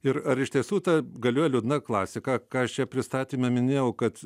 ir ar iš tiesų ta galioja liūdna klasika ką aš čia pristatyme minėjau kad